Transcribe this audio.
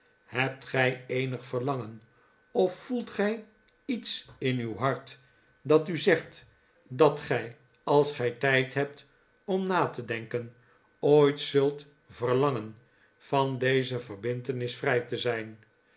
hebt gij eenig verlangen of voelt gij iets in uw hart dat u zegt dat gij als gij gesprek op het kerkhof tijd hebt om na te denken ooit zult verlangen van deze verbintenis vrij te zijn